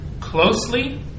closely